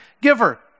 giver